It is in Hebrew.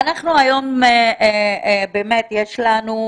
יש לנו היום באמת עומס